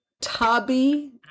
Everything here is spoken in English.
Tubby